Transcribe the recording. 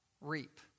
reap